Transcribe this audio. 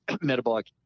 metabolic